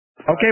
Okay